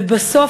ובסוף,